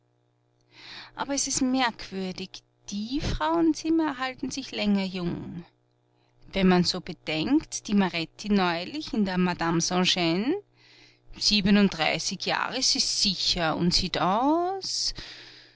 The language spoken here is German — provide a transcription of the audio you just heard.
aber es ist merkwürdig die frauenzimmer erhalten sich länger jung wenn man so bedenkt die maretti neulich in der madame sans gne siebenunddreißig jahr ist sie sicher und sieht aus